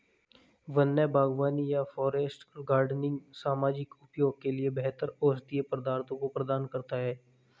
वन्य बागवानी या फॉरेस्ट गार्डनिंग सामाजिक उपयोग के लिए बेहतर औषधीय पदार्थों को प्रदान करता है